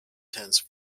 tense